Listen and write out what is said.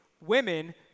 women